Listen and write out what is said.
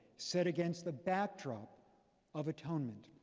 set against the backdrop of atonement.